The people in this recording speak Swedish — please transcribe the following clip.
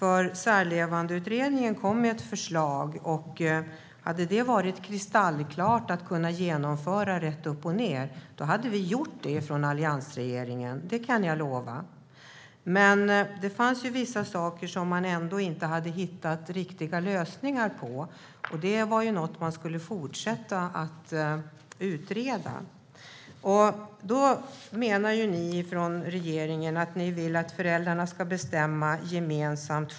Om det hade varit kristallklart att det förslag som Särlevandeutredningen kom med hade kunnat genomföras rätt upp och ned hade alliansregeringen gjort det - det kan jag lova. Det fanns vissa saker som man inte hade hittat riktiga lösningar på, och det skulle man fortsätta att utreda. Regeringen vill att föräldrarna själva ska bestämma gemensamt.